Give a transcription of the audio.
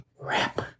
wrap